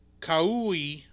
Kauai